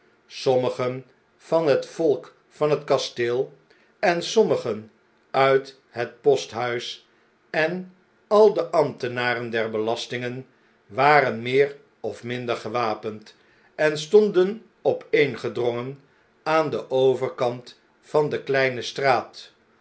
sommigen van het volk van het kasteel en sommigen uit het posthitis en al de ambtenaren der belastingen waren meer of minder gewapend en stonden opeengedrongen aan den overkant van de kleine straat